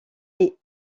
est